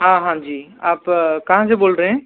हाँ हाँ जी आप कहाँ से बोल रहें